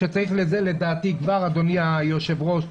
ואדוני היושב-ראש,